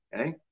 Okay